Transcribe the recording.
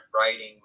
writing